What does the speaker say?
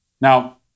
Now